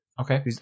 Okay